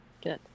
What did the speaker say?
Good